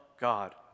God